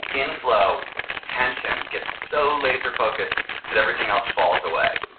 in flow tension gets so laser focused that everything else falls away.